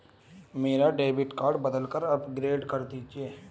मेरा debit card बदलकर upgrade कर दीजिए